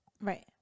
Right